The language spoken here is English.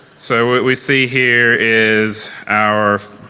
so what we see here is our,